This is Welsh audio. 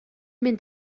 mynd